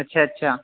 اچھا اچھا